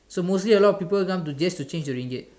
so mostly a lot of people come to gets to change to Ringgit